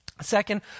Second